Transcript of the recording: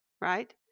right